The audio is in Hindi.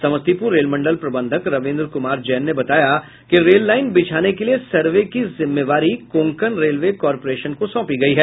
समस्तीपुर रेलमंडल प्रबंधक रवीन्द्र कुमार जैन ने बताया कि रेल लाइन बिछाने के लिये सर्वे की जिम्मेवारी कोंकण रेलवे कॉरपोरेशन को सौंपी गयी है